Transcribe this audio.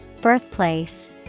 Birthplace